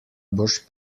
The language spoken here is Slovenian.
boš